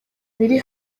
biri